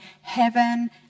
heaven